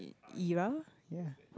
era ya